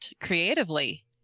creatively